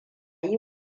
yi